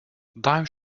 dimes